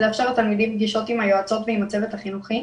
פגישות עם היועצות ועם הצוות החינוכי,